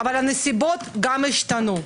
אבל הנסיבות גם השתנו,